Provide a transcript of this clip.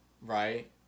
right